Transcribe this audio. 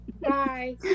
Bye